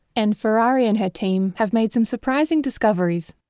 and ferrari and her team have made some surprising discoveries.